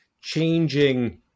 Changing